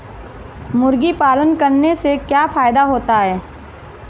मुर्गी पालन करने से क्या फायदा होता है?